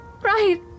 Right